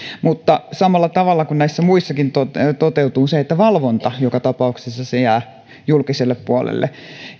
mutta samalla tavalla kuin näissä muissakin tässä toteutuu se että valvonta joka tapauksessa jää julkiselle puolelle